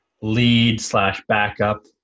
lead-slash-backup